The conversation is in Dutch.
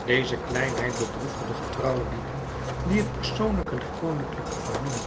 deze kleinheid bedroefde de getrouwe lieden die het persoonlijke der koninklijke familie